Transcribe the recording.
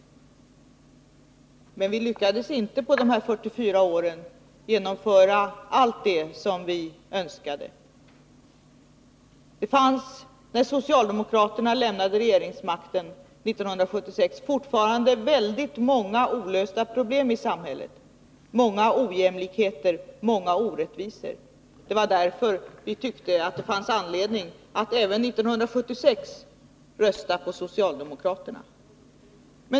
Men vi lyckades inte på de 44 åren genomföra allt det som vi önskade. När socialdemokraterna lämnade regeringsmakten 1976, fanns det fortfarande väldigt många olösta problem i samhället, många ojämlikheter, många orättvisor. Det var därför vi tyckte att det fanns anledning att även 1976 rösta på socialdemokraterna.